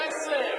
את ערוץ-10,